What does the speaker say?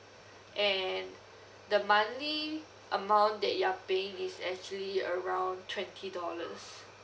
and the monthly amount that you're paying is actually around twenty dollars